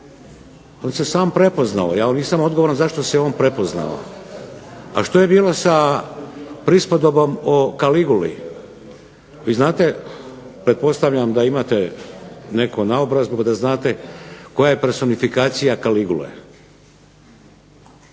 u toj prispodobi, ja nisam odgovoran zašto se on prepoznao, a što je bilo sa prispodobom o kaliguli, vi znate. Pretpostavljam da imate neku naobrazbu da znate koja je personifikacija Kaligule.